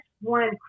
one